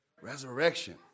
Resurrection